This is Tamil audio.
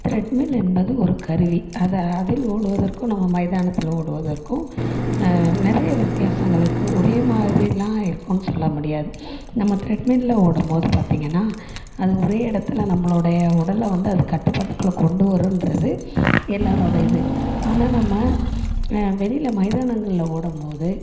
த்ரெட்மில் என்பது ஒரு கருவி அதாது அதில் ஓடுவதற்கும் நம்ம மைதானத்தில் ஓடுவதற்கும் நிறைய வித்தியாசங்கள் இருக்குது ஒரே மாதிரியெலாம் இருக்கும்னு சொல்ல முடியாது நம்ம த்ரெட்மில்ல ஓடும் போது பார்த்திங்கனா அது ஒரே இடத்துல நம்மளோடைய உடல்ல வந்து அது கட்டுப்பாட்டுக்குள்ள கொண்டு வருன்றது எல்லாரோடய இது ஆனால் நம்ம வெளியில மைதானங்கள்ல ஓடும் போது